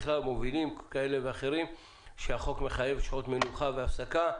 בכלל מובילים כאלה ואחרים כשהחוק מחייב שעות מנוחה והפסקה.